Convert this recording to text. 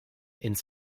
ins